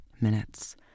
minutes